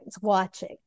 watching